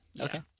Okay